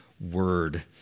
word